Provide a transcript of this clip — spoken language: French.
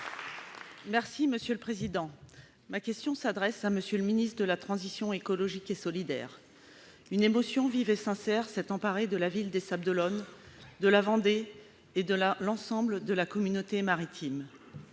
Union Centriste. Ma question s'adresse à M. le ministre d'État, ministre de la transition écologique et solidaire. Une émotion vive et sincère s'est emparée de la ville des Sables-d'Olonne, de la Vendée et de l'ensemble de la communauté maritime.